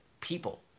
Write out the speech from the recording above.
people